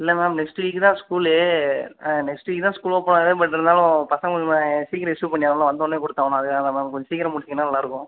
இல்லை ma'am next week தான் school ஆ நெக்ஸ்ட்டு வீக் தான் ஸ்கூல் ஓப்பன் ஆகுது பட் இருந்தாலும் பசங்களுக்கு சீக்கிரம் இஸ்ஸு பண்ணியாகணும்ல வந்தோடன்னே கொடுத்தாகணும் அதுக்காக தான் மேம் கொஞ்சம் சீக்கிரம் முடிச்சுங்கன்னா நல்லாயிருக்கும்